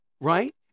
right